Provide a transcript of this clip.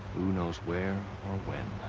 who knows where or when?